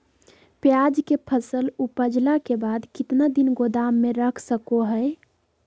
प्याज के फसल उपजला के बाद कितना दिन गोदाम में रख सको हय?